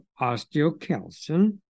osteocalcin